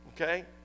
okay